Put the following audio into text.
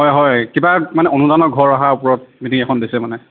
হয় হয় কিবা মানে অনুদানৰ ঘৰ অহাৰ ওপৰত মিটিং এখন দিছে মানে